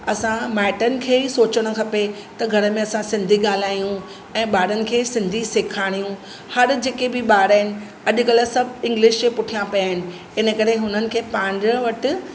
असां माइटनि खे ई सोचणु खपे त घर में असां सिंधी ॻाल्हायूं ऐं ॿारनि खे सिंधी सेखारियूं हर जेके बि ॿार आहिनि अॼुकल्ह सभु इंग्लिश जे पुठियां पया आहिनि इन करे हुननि खे पंहिंजे वटि